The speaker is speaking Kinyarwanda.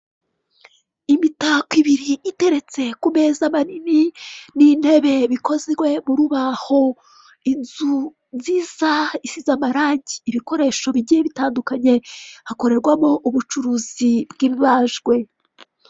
Imitako ibiri iteretse ku meza manini n'intebe bikozwe mu rubaho, inzu nziza isize amarangi, ibikoresho bigiye bitandukanye hakorerwaho ubucuruzi bw'ibibajwe.